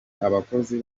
abakozi